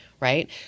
right